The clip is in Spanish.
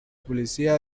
policía